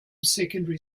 secondary